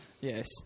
Yes